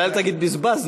אבל אל תגיד "בזבזנו",